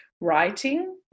writing